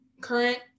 current